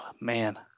man